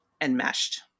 enmeshed